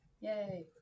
Yay